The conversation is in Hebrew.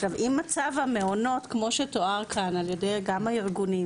עכשיו אם מצב המעונות כמו שתואר כאן על ידי גם הארגונים,